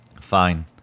Fine